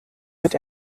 wird